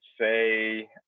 say